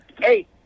Hey